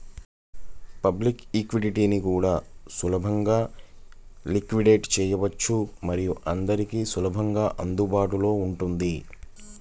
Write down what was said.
public ఈక్విటీని కూడా సులభంగా లిక్విడేట్ చేయవచ్చు మరియు అందరికీ సులభంగా అందుబాటులో ఉంటుంది